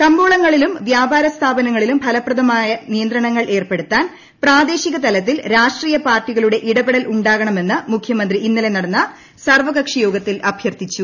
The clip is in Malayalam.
കമ്പോളങ്ങളിലും വ്യാപാരസ്ഥാപനങ്ങളിലും ഫലപ്രദമായ നിയന്ത്രണങ്ങൾ ഏർപ്പെടുത്താൻ പ്രാദേശിക തലത്തിൽ രാഷ്ട്രീയ പാർട്ടികളുടെ ഇടപെടൽ ഉണ്ടാകണമെന്ന് മുഖ്യമന്ത്രി ഇന്നലെ നടന്ന സർവ്വകക്ഷി യോഗത്തിൽ അഭ്യർത്ഥിച്ചു